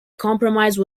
compromise